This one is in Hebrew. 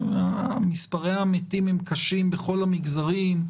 מספרי המתים הם קשים בכל המגזרים,